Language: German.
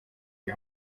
die